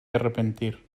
arrepentir